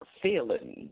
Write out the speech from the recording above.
feeling